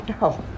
No